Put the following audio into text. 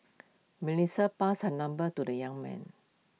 Melissa passed her number to the young man